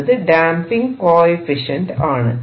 എന്നത് damping coefficient ആണ്